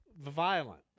violent